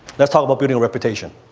let's talk about building a reputation.